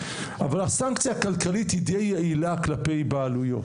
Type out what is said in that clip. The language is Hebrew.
אבל הסנקציה הכלכלית היא די יעילה כלפי בעלויות.